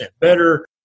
better